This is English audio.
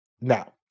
Now